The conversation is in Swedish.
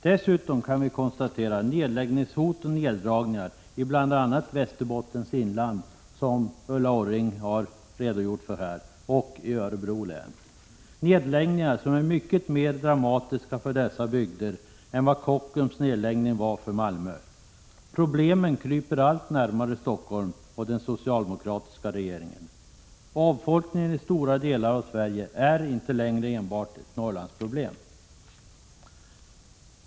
Dessutom kan vi konstatera nedläggningshot och neddragningar i bl.a. Västerbottens inland, som Ulla Orring har redogjort för, och i Örebro län, nedläggningar som är mycket mer dramatiska för dessa bygder än vad Kockums nedläggning var för Malmö. Problemen kryper allt närmare Stockholm och den socialdemokratiska regeringen. Avfolkningen i stora delar av Sverige är inte längre enbart ett Norrlandsproblem.